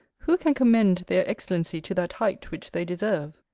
who can commend their excellency to that height which they deserve?